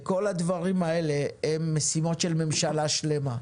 כל הדברים האלה הם משימות של ממשלה שלמה.